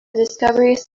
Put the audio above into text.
discoveries